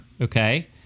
Okay